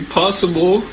possible